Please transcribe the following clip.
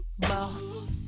Boss